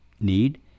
need